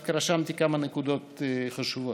דווקא רשמתי כמה נקודות חשובות.